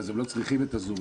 ואז הם לא צריכים את "הזום",